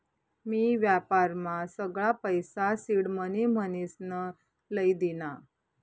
मी व्यापारमा सगळा पैसा सिडमनी म्हनीसन लई दीना